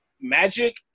magic